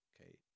Okay